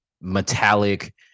metallic